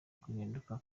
guhinduka